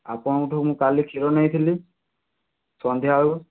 ଆପଣଙ୍କଠୁ ମୁଁ କାଲି କ୍ଷୀର ନେଇଥିଲି ସନ୍ଧ୍ୟାବେଳୁ